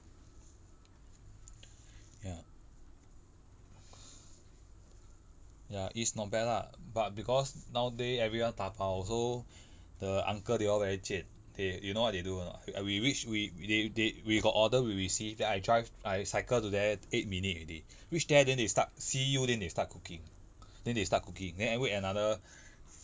ya ya east not bad lah but because nowadays everyone dabao so the uncle they all very 贱 they you know what they do or not we reach we they they we got order we will see then I drive I cycle to there eight minute already reach there then they start see you then they start cooking then they start cooking then I wait another